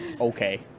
Okay